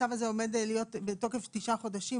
הזה עומד להיות בתוקף תשעה חודשים.